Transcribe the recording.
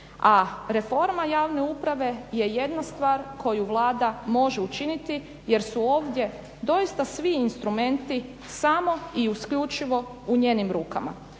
a reforma javne uprave je jedna stvar koju Vlada može učiniti jer su ovdje doista svi instrumenti samo i isključivo u njenim rukama.